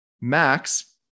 Max